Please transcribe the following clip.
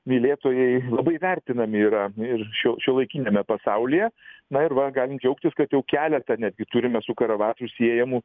mylėtojai labai vertinami yra ir šiuo šiuolaikiniame pasaulyje na ir va galim džiaugtis kad jau keletą netgi turime su karavadžu siejamų